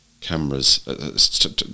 cameras